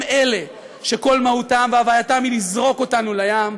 הם שכל מהותם והווייתם היא לזרוק אותנו לים,